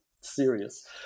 serious